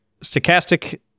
stochastic